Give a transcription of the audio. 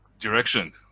direction